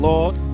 Lord